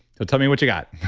so tell me what you've got